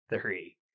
three